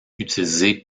utilisé